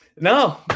no